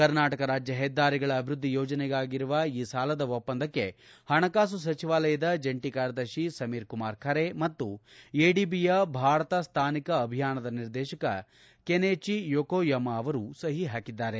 ಕರ್ನಾಟಕ ರಾಜ್ಯ ಹೆದ್ದಾರಿಗಳ ಅಭಿವೃದ್ದಿ ಯೋಜನೆಗಾಗಿರುವ ಈ ಸಾಲದ ಒಪ್ಪಂದಕ್ಕೆ ಹಣಕಾಸು ಸೆಚಿವಾಲಯದ ಜಂಟಿ ಕಾರ್ಯದರ್ಶಿ ಸೆಮೀರ್ ಕುಮಾರ್ ಖರೆ ಮತ್ತು ಎಡಿಬಿಯ ಭಾರತ ಸ್ನಾನಿಕ ಅಭಿಯಾನದ ನಿರ್ದೇಶಕ ಕೆನಿಚಿ ಯೊಕೊಯಮ ಅವರು ಸಹಿ ಹಾಕಿದ್ದಾರೆ